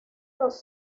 los